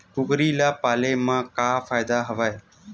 कुकरी ल पाले म का फ़ायदा हवय?